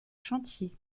chantiers